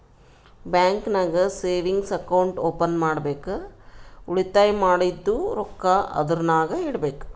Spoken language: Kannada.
ಬ್ಯಾಂಕ್ ನಾಗ್ ಸೇವಿಂಗ್ಸ್ ಅಕೌಂಟ್ ಓಪನ್ ಮಾಡ್ಬೇಕ ಉಳಿತಾಯ ಮಾಡಿದ್ದು ರೊಕ್ಕಾ ಅದುರ್ನಾಗ್ ಇಡಬೇಕ್